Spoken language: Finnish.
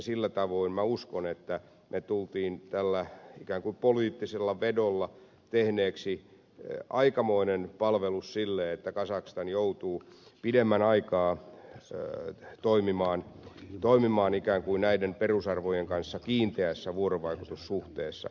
sillä tavoin uskon me tulimme tällä ikään kuin poliittisella vedolla tehneeksi aikamoisen palveluksen siinä että kazakstan joutuu pidemmän aikaa toimimaan ikään kuin näiden perusarvojen kanssa kiinteässä vuorovaikutussuhteessa